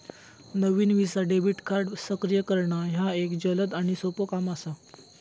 नवीन Visa debit card सक्रिय करणा ह्या एक जलद आणि सोपो काम असा